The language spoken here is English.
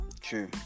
True